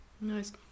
Nice